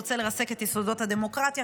הוא רוצה לרסק את יסודות הדמוקרטיה,